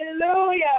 hallelujah